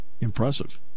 Impressive